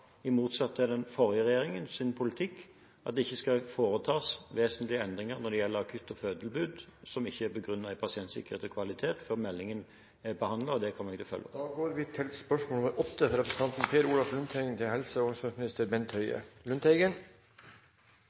i sin politikk – i motsetning til den forrige regjeringen – at det ikke skal foretas vesentlige endringer når det gjelder akutt- og fødetilbud som ikke er begrunnet med pasientsikkerhet og kvalitet, før meldingen er behandlet. Det kommer jeg til å følge opp. «Styret i Vestre Viken HF vedtok 16. desember 2013 følgende: «I tråd med Idéfaserapporten legger styret til